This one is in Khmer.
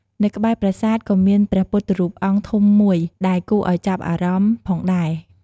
នៅក្បែរប្រាសាទ ក៏មានព្រះពុទ្ធរូបអង្គធំមួយដែលគួរឱ្យចាប់អារម្មណ៍ផងដែរ។